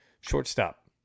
shortstop